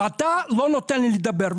ואתה לא נותן לי לדבר,